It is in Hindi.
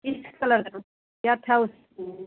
किस कलर था क्या था उसमें